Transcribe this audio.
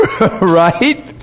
Right